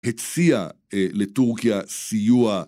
הציע לטורקיה סיוע.